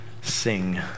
sing